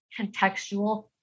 contextual